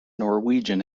norwegian